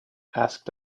asked